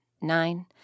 nine